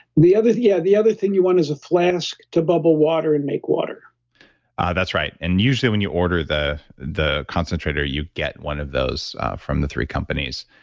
the other yeah the other thing you want is a flask to bubble water and make water that's right. and usually, when you order the the concentrator, you get one of those from the three companies.